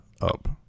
up